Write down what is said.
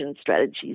strategies